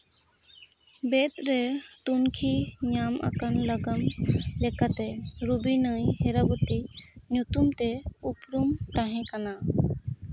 ᱵᱮᱫ ᱨᱮ ᱛᱩᱱᱠᱷᱤ ᱧᱟᱢ ᱟᱠᱟᱱ ᱱᱟᱜᱟᱢ ᱞᱮᱠᱟᱛᱮ ᱨᱚᱵᱤ ᱱᱟᱹᱭ ᱤᱨᱟᱹᱵᱚᱛᱤ ᱧᱩᱛᱩᱢ ᱛᱮ ᱩᱯᱨᱩᱢ ᱛᱟᱦᱮᱸ ᱠᱟᱱᱟ